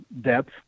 depth